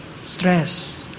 stress